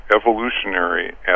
evolutionary